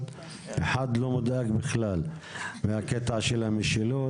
ואחד לא מודאג בכלל מהקטע של המשילות.